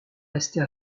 rester